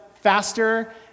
faster